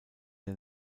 der